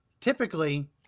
Typically